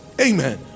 Amen